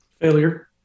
Failure